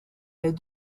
les